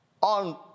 on